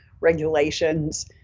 Regulations